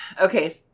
Okay